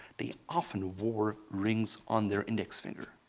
they often wore rings on their index finger.